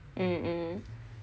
mm mm